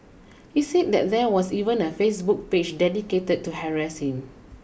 he said that there was even a Facebook page dedicated to harass him